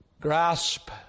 grasp